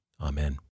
Amen